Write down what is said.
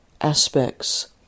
aspects